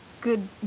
good